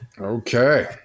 Okay